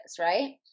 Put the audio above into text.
right